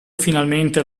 finalmente